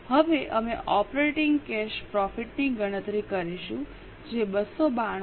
હવે અમે operating cash પ્રોફિટની ગણતરી કરીશું જે 292 છે